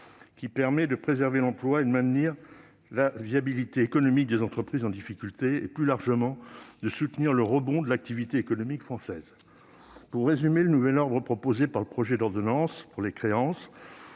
qui permet de préserver l'emploi et de maintenir la viabilité économique des entreprises en difficulté, mais aussi, plus largement, de soutenir le rebond de l'activité économique française. Pour résumer le nouvel ordre proposé par le projet d'ordonnance pour les créances,